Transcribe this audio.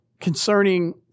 concerning